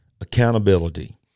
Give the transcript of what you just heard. accountability